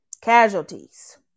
Casualties